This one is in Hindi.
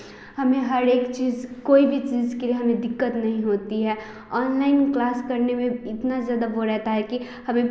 हमें हर एक चीज़ कोई भी चीज़ के लिए हमें दिक्कत नहीं होती है ऑनलाइन क्लास करने में इतना ज़्यादा वह रहता है कि हमें